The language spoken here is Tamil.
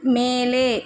மேலே